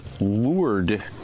lured